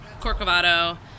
corcovado